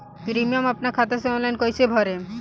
Premium अपना खाता से ऑनलाइन कईसे भरेम?